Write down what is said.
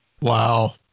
Wow